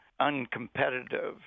uncompetitive